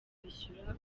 kwishyura